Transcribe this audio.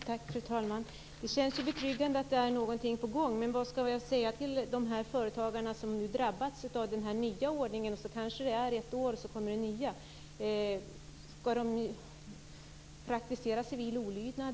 Fru talman! Det känns betryggande att det är någonting på gång. Men vad skall jag säga till de företagare som har drabbats av den nya ordningen? Det kanske går ett år och sedan kommer nya regler igen. Skall de praktisera civil olydnad?